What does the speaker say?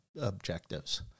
objectives